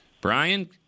Brian